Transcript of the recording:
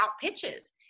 pitches